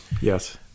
Yes